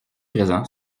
présent